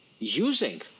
using